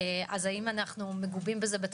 אז האם אנחנו מגובים בזה בתקציב,